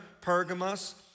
Pergamos